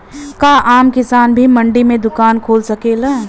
का आम किसान भी मंडी में दुकान खोल सकेला?